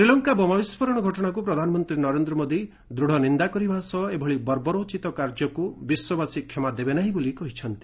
ଶ୍ରୀଲଙ୍କା ବୋମା ବିସ୍କୋରଣ ଘଟଣାକୁ ପ୍ରଧାନମନ୍ତ୍ରୀ ନରେନ୍ଦ୍ର ମୋଦି ଦୂତ୍ ନିନ୍ଦା କରିବା ସହ ଏଭଳି ବର୍ବରୋଚିତ କାର୍ଯ୍ୟକୁ ବିଶ୍ୱବାସୀ କ୍ଷମା ଦେବେ ନାହିଁ ବୋଲି କହିଛନ୍ତି